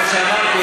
כמו שאמרתי,